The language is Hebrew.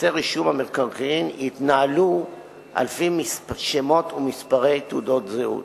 שפנקסי רישום המקרקעין התנהלו על-פי שמות ומספרי תעודות זהות.